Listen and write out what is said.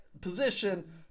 position